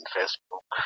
Facebook